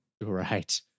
Right